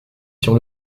sur